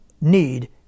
need